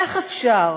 איך אפשר